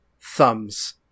Thumbs